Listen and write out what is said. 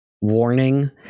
warning